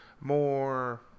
more